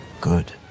Good